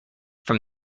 from